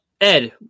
Ed